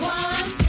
one